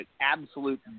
absolute